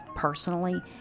Personally